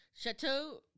Chateau